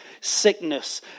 Sickness